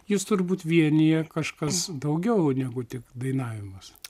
jus turbūt vienija kažkas daugiau negu tik dainavimas